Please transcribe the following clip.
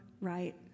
right